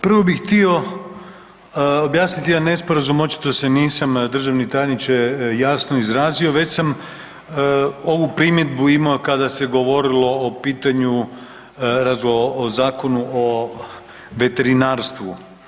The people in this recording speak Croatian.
Prvo bih htio objasniti jedan nesporazum očito se nisam državni tajniče jasno izrazio već sam ovu primjedbu imao kada se govorilo o pitanju, o Zakonu o veterinarstvu.